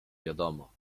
wiadomo